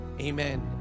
Amen